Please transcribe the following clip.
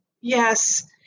Yes